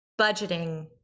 budgeting